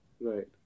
Right